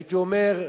הייתי אומר,